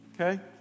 okay